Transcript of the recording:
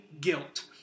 guilt